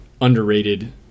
underrated